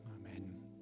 Amen